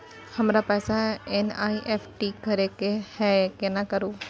हमरा पैसा एन.ई.एफ.टी करे के है केना करू?